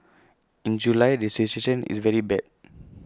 in July the situation is very bad